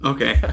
Okay